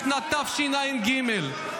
בשנת תשע"ג,